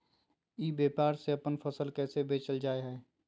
ई व्यापार से अपन फसल कैसे बेचल जा हाय?